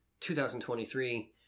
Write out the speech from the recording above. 2023